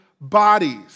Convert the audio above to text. bodies